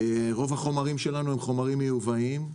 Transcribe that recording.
רוב החומרים שלנו הם חומרים מיובאים,